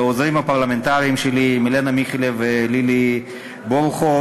לעוזרות הפרלמנטריות שלי מילנה מיחלב ולילי בורוכוב,